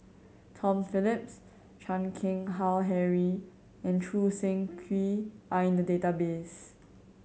Tom Phillips Chan Keng Howe Harry and Choo Seng Quee are in the database